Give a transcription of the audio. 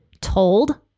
told